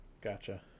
Gotcha